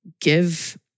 give